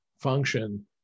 function